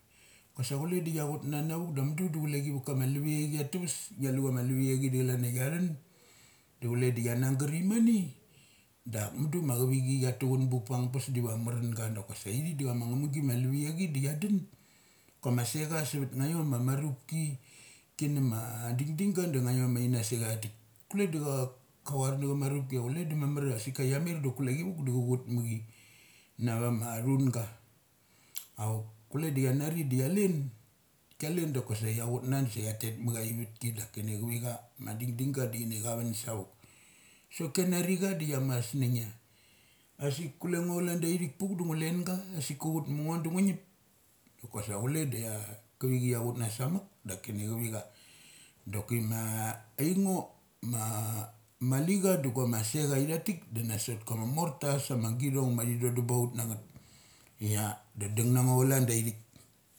Kusa chule da chic chit nanavuk da mudu da chulei vaka ma alavechi ataves ngia iu chama aiavechia da calania chiathun, du chule da chia nagarimane dak mudu ma chivichi chia tuchun vuik panga pes diva amarun ga doki saithik da chama amang gima alivichi da cha dun kamas secha sevat ngaim ma marupki ki na ma ding ding ga da ngaiom aina secha dek kule da cha kar chaun na cha marupki ai kule da mamar ai sik ia chia mer da chule chi vuk da cha chu chutma chi na nava thunga auk, kule da chianari da chia len, kialen dakasa chia chutna dakis sa chia tet mukia ivatki dakini chivicha ma ding ding ding ga daini chavun savuk. Sok kianancha di chia musngunggia asik kule ngo cha lan daithik puk do ngo lenga asik ka chut ma ngo da ngu ngip. Dokase kule da chia kivichi kia chutna samuk daki ni chivicha doki ma aingo ma malicha do guama sekchu aithano da nasot ka ma morta sa ma githongma thi thodum ba ut nangeth ia da dung na ngo calads ithik.